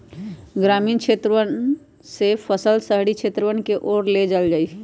ग्रामीण क्षेत्रवन से फसल शहरी क्षेत्रवन के ओर ले जाल जाहई